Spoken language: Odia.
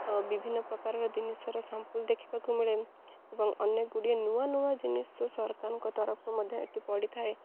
ଅ ବିଭିନ୍ନ ପ୍ରକାରର ଜିନିଷର ସାମ୍ପୁଲ୍ ଦେଖିବାକୁ ମିଳେ ଏବଂ ଅନେକ ଗୁଡ଼ିଏ ନୂଆ ନୂଆ ଜିନିଷ ସରକାରଙ୍କ ତରଫରୁ ମଧ୍ୟ ଏଠି ପଡ଼ିଥାଏ